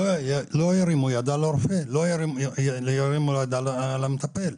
לא ירימו יד על הרופא, לא ירימו יד על המטפל.